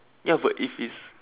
ya but if it's